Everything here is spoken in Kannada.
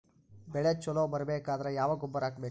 ಬೆಳಿ ಛಲೋ ಬರಬೇಕಾದರ ಯಾವ ಗೊಬ್ಬರ ಹಾಕಬೇಕು?